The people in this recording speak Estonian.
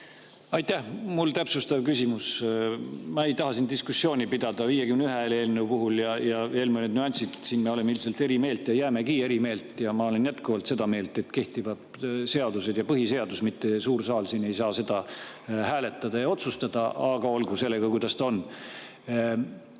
Aitäh! Mul on täpsustav küsimus. Ma ei taha siin diskussiooni pidada 51 hääle [nõude] ja veel mõne nüansi üle. Siin me oleme ilmselt eri meelt ja jäämegi eri meelt. Ma olen jätkuvalt seda meelt, et kehtivad seadused ja põhiseadus, mitte ei saa suur saal siin seda hääletada ja otsustada. Aga olgu sellega, kuidas on.